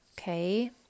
Okay